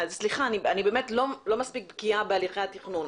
סליחה, אני באמת לא מספיק בקיאה בהליכי התכנון.